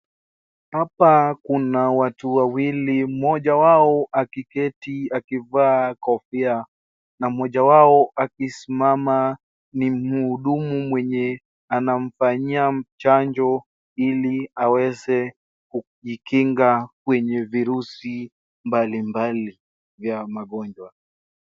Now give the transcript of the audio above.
Hapa kuna watu wawili, mmoja wao akiketi akivaa kofia, na mmoja wao akisimama ni mhudumu mwenye anamfanyia chanjo ili aweze kujikinga kwenye virusi mbalimbali ya magonjwa.